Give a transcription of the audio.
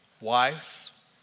Wives